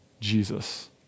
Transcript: Jesus